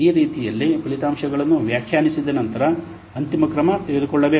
ಈ ರೀತಿಯಲ್ಲಿ ಫಲಿತಾಂಶಗಳನ್ನು ವ್ಯಾಖ್ಯಾನಿಸಿದ ನಂತರ ಅಂತಿಮ ಕ್ರಮ ತೆಗೆದುಕೊಳ್ಳಬೇಕು